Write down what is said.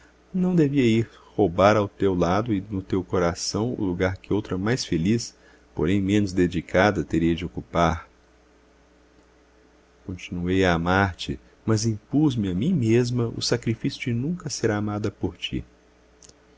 não devia ir roubar ao teu lado e no teu coração o lugar que outra mais feliz porém menos dedicada teria de ocupar continuei a amar-te mas impus me a mim mesma o sacrifício de nunca ser amada por ti